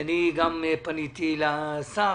ואני פניתי גם לשר.